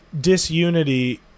disunity